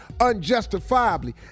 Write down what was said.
unjustifiably